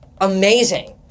amazing